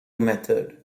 method